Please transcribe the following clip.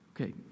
Okay